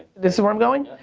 this is where i'm going?